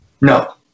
No